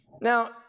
Now